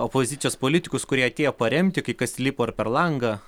opozicijos politikus kurie atėjo paremti kai kas lipo ir per langą